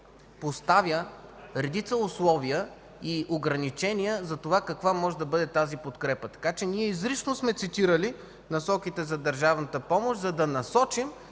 поставя редица условия и ограничения за това каква може да бъде тази подкрепа, така че ние изрично сме цитирали Насоките за държавната помощ, за да насочим